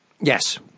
Yes